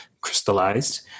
crystallized